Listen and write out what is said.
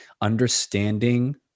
understanding